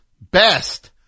Best